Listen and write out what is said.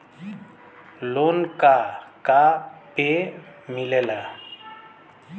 Loan का का पे मिलेला?